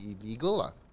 illegal